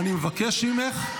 אני לא מפריעה, אני שומרת גם עליך,